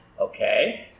okay